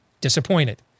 disappointed